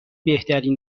بهترین